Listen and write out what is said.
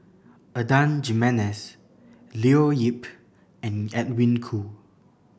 Adan Jimenez Leo Yip and Edwin Koo